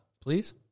Please